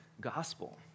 gospel